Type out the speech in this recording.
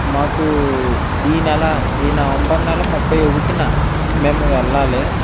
మాకు ఈ నెల ఈ నవంబర్ నెల ముప్పై ఒకటిన మేము వెళ్ళాలి